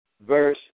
verse